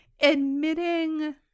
admitting